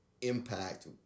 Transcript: impact